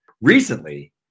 Recently